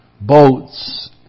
boats